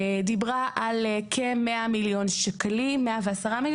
דיברה על 110 מיליון שקלים,